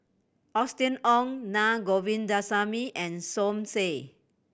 Austen Ong Na Govindasamy and Som Said